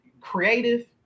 Creative